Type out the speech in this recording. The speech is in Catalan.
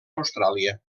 austràlia